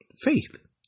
faith